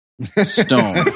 stone